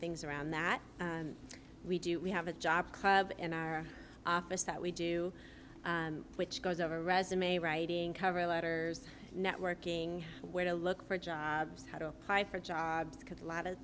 things around that we do we have a job in our office that we do which goes over a resume writing cover letters networking where to look for jobs how to apply for jobs because a lot of